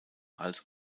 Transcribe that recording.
hals